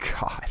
god